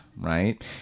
right